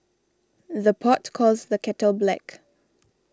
the pot calls the kettle black